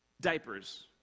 diapers